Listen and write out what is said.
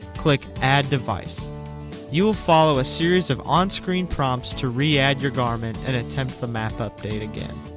click add device you will follow a series of on-screen prompts to re-add your garmin and attempt the map update again